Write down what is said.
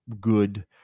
good